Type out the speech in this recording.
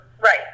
Right